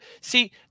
see